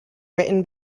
written